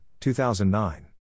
2009